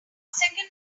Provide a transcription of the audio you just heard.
secondary